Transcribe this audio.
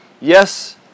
Yes